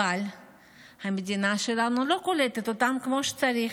אבל המדינה שלנו לא קולטת אותם כמו שצריך.